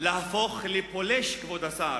להפוך לפולש, כבוד השר,